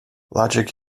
logic